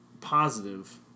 positive